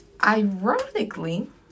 Ironically